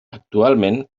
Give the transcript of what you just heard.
actualment